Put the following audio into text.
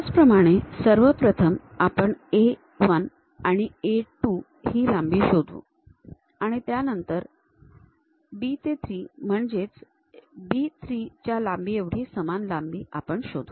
त्याचप्रमाणे सर्वप्रथम आपण A 1 आणि A 2 ही लांबी शोधू आणि त्यानंतर B ते 3 म्हणजे B 3 च्या लांबी एवढी समान लांबी आपण शोधू